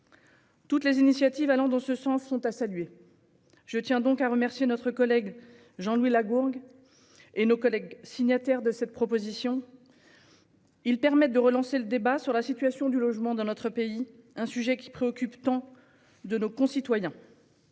Toutes les initiatives allant dans ce sens sont à saluer. Je tiens donc à remercier notre collègue Jean-Louis Lagourgue et les autres signataires de cette proposition de loi, qui ont ainsi permis de relancer le débat sur la situation du logement dans notre pays, un sujet qui préoccupe tant de nos concitoyens.